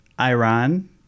Iran